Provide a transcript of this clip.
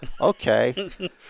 Okay